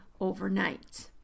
overnight